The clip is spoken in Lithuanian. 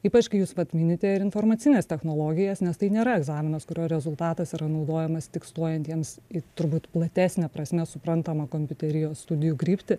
ypač kai jūs vat minite ir informacines technologijas nes tai nėra egzaminas kurio rezultatas yra naudojamas tik stojantiems į turbūt platesne prasme suprantamą kompiuterijos studijų kryptį